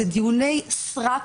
אלה דיוני סרק